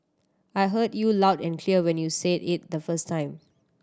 I heard you loud and clear when you said it the first time